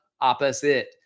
opposite